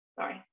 sorry